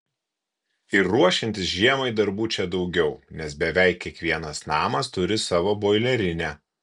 ir ruošiantis žiemai darbų čia daugiau nes beveik kiekvienas namas turi savo boilerinę